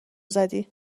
زدی